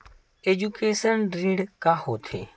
Education ऋण का होथे?